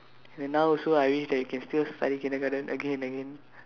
then now also I wish that we can still study kindergarten again and again